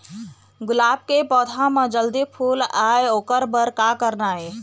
गुलाब के पौधा म जल्दी फूल आय ओकर बर का करना ये?